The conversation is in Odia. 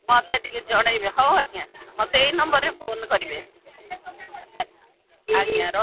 ମୋତେ ଟିକେ ଜଣାଇବେ ହଉ ଆଜ୍ଞା ମୋତେ ଏଇ ନମ୍ବର୍ରେ ଫୋନ୍ କରିବେ ଆଜ୍ଞା ରଖ